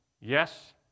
Yes